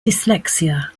dyslexia